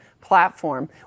platform